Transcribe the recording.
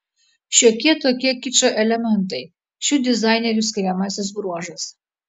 šiokie tokie kičo elementai šių dizainerių skiriamasis bruožas